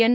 N